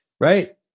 Right